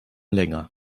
länger